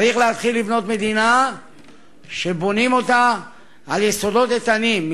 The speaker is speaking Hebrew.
צריך להתחיל לבנות מדינה על יסודות איתנים,